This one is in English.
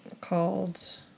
called